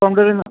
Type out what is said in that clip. home delivery